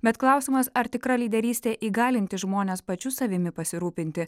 bet klausimas ar tikra lyderystė įgalinti žmones pačiu savimi pasirūpinti